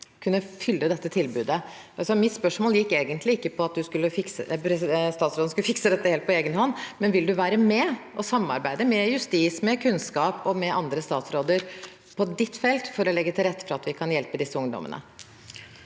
kunne fylle dette tilbudet. Mitt spørsmål gikk egentlig ikke ut på at statsråden skulle fikse dette helt på egen hånd, men: Vil du være med og samarbeide med justisministeren, kunnskapsministeren og andre statsråder på ditt felt for å legge til rette for at vi kan hjelpe disse ungdommene?